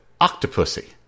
Octopussy